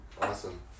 Awesome